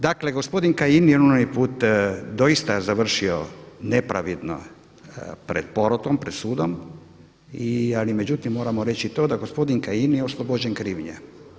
Dakle gospodin Kajin je onaj put doista završio nepravedno pred porotom, pred sudom, ali međutim moramo reći i to da gospodin Kajin je oslobođen krivnje.